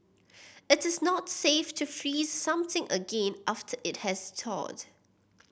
it is not safe to freeze something again after it has thawed